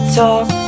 talk